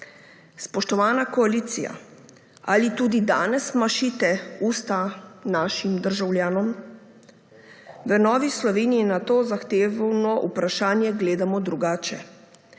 Spoštovana koalicija, ali tudi danes mašite usta našim državljanom? V Novi Sloveniji na to zahtevno vprašanje gledamo drugače.